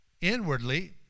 inwardly